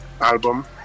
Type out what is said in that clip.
album